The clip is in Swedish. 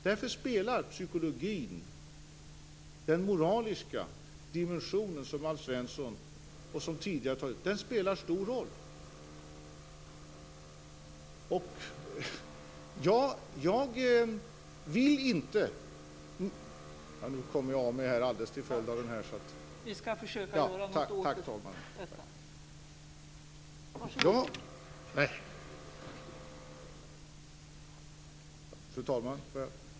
Därför spelar psykologin, den moraliska dimensionen, som Alf Svensson och tidigare talare nämnt, stor roll.